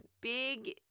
big –